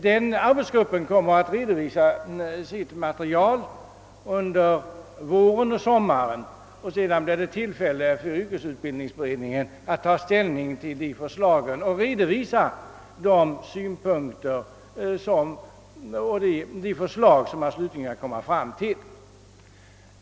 Den arbetsgruppen kommer att redovisa sitt material under våren och sommaren, och sedan blir det tillfälle för yrkesutbildningsberedningen att ta ställning till arbetsgruppens synpunkter och att framföra de förslag man slutligen kan komma fram till.